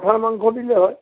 হাঁহৰ মাংস দিলেই হয়